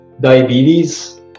Diabetes